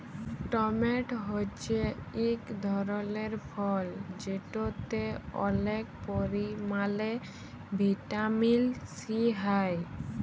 tomato হছে ইক ধরলের ফল যেটতে অলেক পরিমালে ভিটামিল সি হ্যয়